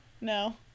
no